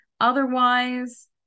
otherwise